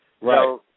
Right